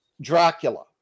Dracula